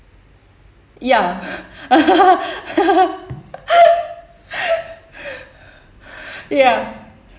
ya ya